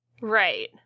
right